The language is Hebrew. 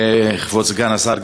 כבוד סגן השר,